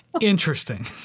interesting